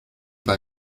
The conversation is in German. bei